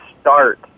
start